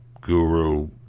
guru